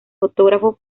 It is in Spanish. fotógrafo